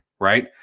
right